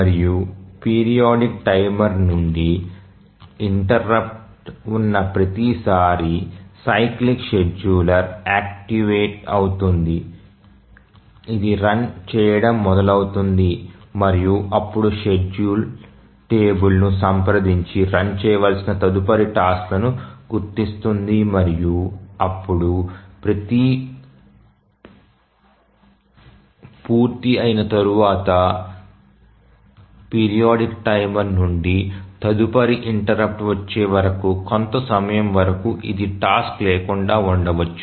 మరియు periodic timer నుండి interrupt ఉన్న ప్రతి సారీ సైక్లిక్ షెడ్యూలర్ యాక్టివేట్ అవుతుంది అది రన్ చేయడం మొదలవుతుంది మరియు అప్పుడు షెడ్యూల్ టేబుల్ ను సంప్రదించి రన్ చేయవలసిన తదుపరి టాస్క్ లను గుర్తిస్తుంది మరియు అప్పుడు అది పూర్తి అయిన తర్వాత పీరియాడిక్ టైమర్ నుండి తదుపరి ఇంటెర్రుప్ట్ వచ్చే వరకు కొంత సమయం వరకు ఇది టాస్క్ లేకుండా ఉండవచ్చు